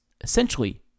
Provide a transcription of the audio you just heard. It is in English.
Essentially